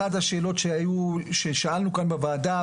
אחת השאלות ששאלנו כאן בוועדה,